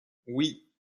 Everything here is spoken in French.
oui